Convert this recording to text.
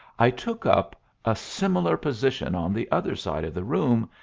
i took up a similar position on the other side of the room,